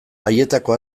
haietako